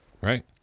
right